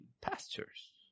pastures